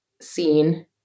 seen